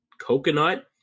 coconut